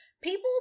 people